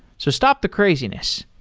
so stop the craziness.